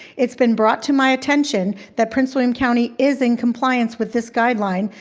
it's been brought to my attention that prince william county is in compliance with this guideline,